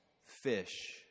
Fish